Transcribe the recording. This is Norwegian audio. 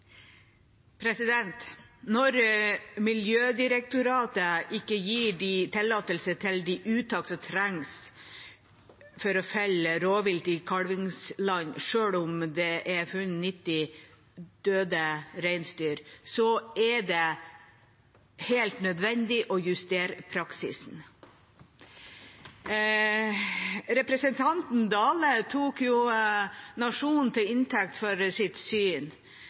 rovdyr. Når Miljødirektoratet ikke gir tillatelse til de uttakene som trengs for å felle rovvilt i kalvingsland, selv om det er funnet 90 døde reinsdyr, er det helt nødvendig å justere praksisen. Representanten Dale tok Nationen til inntekt for sitt syn.